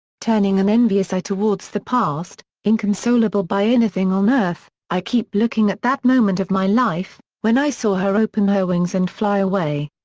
turning an envious eye towards the past, inconsolable by anything on earth, i keep looking at that moment of my life when i saw her open her wings and fly away!